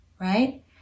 right